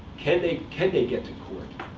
can they can they get to court?